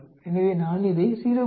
எனவே நான் இதை 0